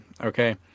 okay